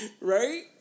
Right